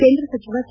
ಕೇಂದ್ರ ಸಚಿವ ಕೆ